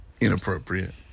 Inappropriate